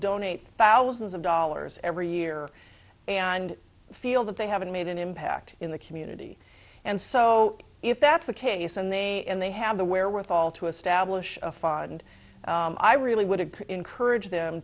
donate thousands of dollars every year and feel that they haven't made an impact in the community and so if that's the case and they and they have the wherewithal to establish a fund i really would encourage them